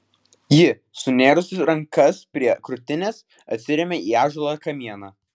ji sunėrusi rankas prie krūtinės atsirėmė į ąžuolo kamieną